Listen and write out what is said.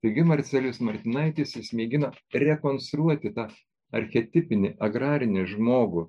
taigi marcelijus martinaitis jis mėgino rekonstruoti tas archetipinį agrarinį žmogų